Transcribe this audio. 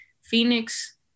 Phoenix